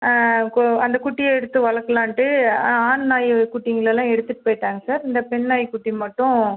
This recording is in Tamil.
கொ அந்த குட்டியை எடுத்து வளர்க்கலான்ட்டு ஆண் நாய் குட்டிங்களெல்லாம் எடுத்துகிட்டு போய்ட்டாங்க சார் இந்த பெண் நாய்க்குட்டி மட்டும்